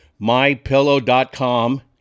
mypillow.com